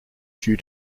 due